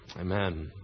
Amen